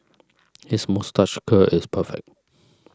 his moustache curl is perfect